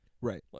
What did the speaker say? right